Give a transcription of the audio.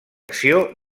acció